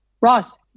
ross